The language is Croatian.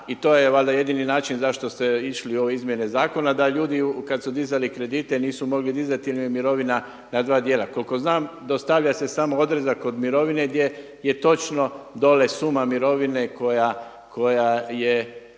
je valjda jedini način zašto ste išli u ove izmjene zakona da ljudi kad su dizali kredite nisu mogli dizati jer im je mirovina na dva djela. Koliko znam dostavlja se samo odrezak od mirovine gdje je točno dolje suma mirovine koja je